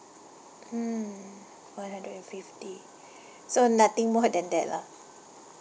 mm one hundred and fifty so nothing more than that lah